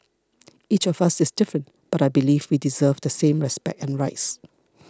each of us is different but I believe we deserve the same respect and rights